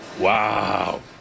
Wow